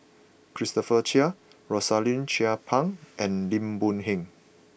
Christopher Chia Rosaline Chan Pang and Lim Boon Heng